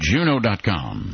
Juno.com